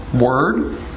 word